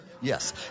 Yes